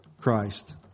Christ